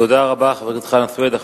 תודה רבה, חבר הכנסת חנא סוייד.